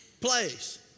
place